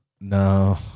No